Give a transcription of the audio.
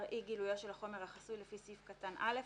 אי-גילויו של החומר החסוי לפי סעיף קטן (א),